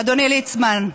אדוני ליצמן,